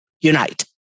unite